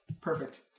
Perfect